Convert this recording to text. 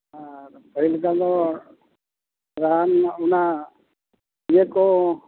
ᱟᱨ ᱯᱟᱹᱦᱤᱞ ᱞᱮᱠᱟ ᱫᱚ ᱨᱟᱱ ᱚᱱᱟ ᱤᱭᱟᱹᱠᱚ